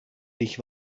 dich